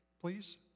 please